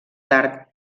tard